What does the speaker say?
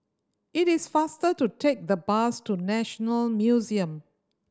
it is faster to take the bus to National Museum